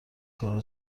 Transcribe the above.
کارا